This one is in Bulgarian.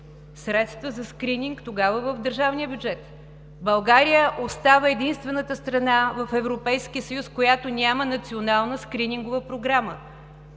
средства за скрининг тогава в държавния бюджет. България остава единствената страна в Европейския съюз, която няма национална скринингова програма.